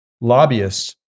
lobbyists